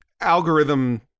algorithm